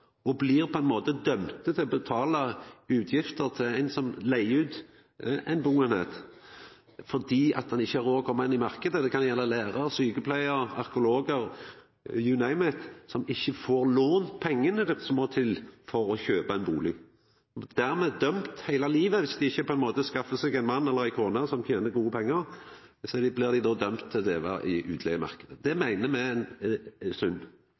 Dei blir på ein måte dømde til å betala utgifter til ein som leiger ut ei bustadeining, fordi dei ikkje har råd til å koma inn på marknaden. Det kan gjelda lærarar, sjukepleiarar, arkeologar – «you name it» – som ikkje får lånt pengane som må til for å kjøpa ein bustad. Dersom dei ikkje skaffar seg ein mann eller ei kone som tener gode pengar, blir dei dømde til å leva i utleigemarknaden. Det meiner me